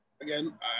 again